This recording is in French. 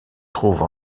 trouve